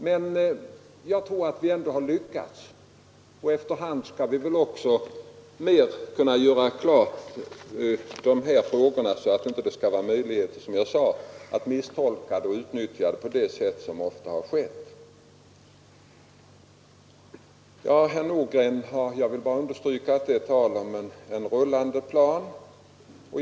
Men jag tror att vi har lyckats i planen formulera om experternas språk till ett språk som vi vanliga människor också kan förstå. Jag vill bara understryka, herr Nordgren, att det är en rullande plan.